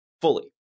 fully